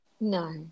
No